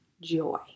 joy